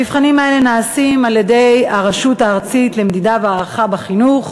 המבחנים האלה נעשים על-ידי הרשות הארצית למדידה והערכה בחינוך,